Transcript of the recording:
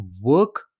work